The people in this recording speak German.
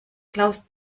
klaus